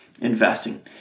investing